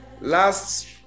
Last